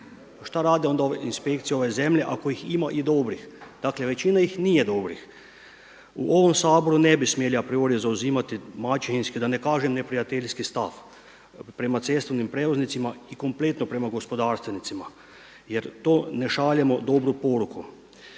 šta rade inspekcije ove zemlje ako ih ima i dobrih? Dakle većina ih nije dobrih. U ovom Saboru ne bi smijali a priori zauzimati maćehinski, da ne kažem neprijateljski stav prema cestovnim prijevoznicima i kompletno prema gospodarstvenicima jer to ne šaljemo dobru poruku.